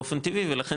באופן טבעי ולכן,